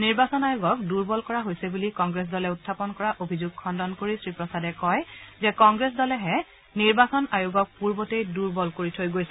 নিৰ্বাচন আয়োগক দুৰ্বল কৰা হৈছে বুলি কংগ্ৰেছ দলে উখাপন কৰা অভিযোগ খণ্ডন কৰি শ্ৰী প্ৰসাদে কয় যে কংগ্ৰেছ দলেহে নিৰ্বাচন আয়োগক পূৰ্বতেই দূৰ্বল কৰি থৈ গৈছে